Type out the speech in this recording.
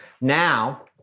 Now